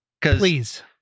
Please